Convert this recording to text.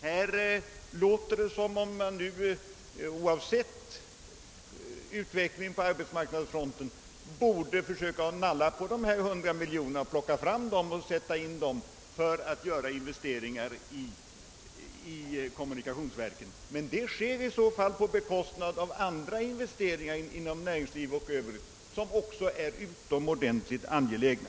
Här låter det som om man oavsett utvecklingen på arbetsmarknadsfronten borde försöka nalla av de 100 miljonerna för att göra investeringar i kommunikationsverken. Men detta sker i så fall på bekostnad av övriga investeringar inom näringslivet och andra behov, som också är utomordentligt angelägna.